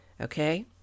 Okay